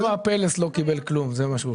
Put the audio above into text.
הוא שואל למה פלס לא קיבל שום דבר.